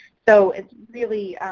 so it really,